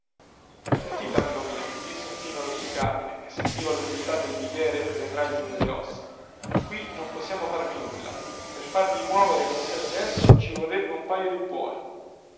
sentite amico mio disse infine lo zio carmine che sentiva lumidità del biviere penetrargli nelle ossa qui non possiamo farvi nulla per farvi muovere come siete adesso ci vorrebbe un paio di buoi